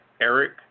Eric